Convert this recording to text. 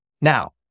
Now